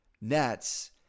Nets